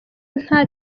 nta